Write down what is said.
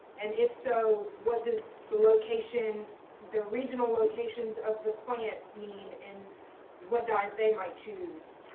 and if so, what does the location the regional locations of the plants mean and what dyes they might choose?